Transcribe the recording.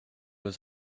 was